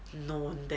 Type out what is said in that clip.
known that